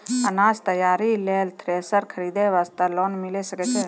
अनाज तैयारी लेल थ्रेसर खरीदे वास्ते लोन मिले सकय छै?